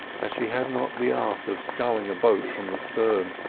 as she had not the art of sculling a boat from the stern.